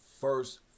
first